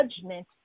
judgment